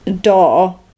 door